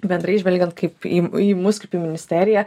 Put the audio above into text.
bendrai žvelgiant kaip į į mus kaip į ministeriją